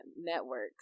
networks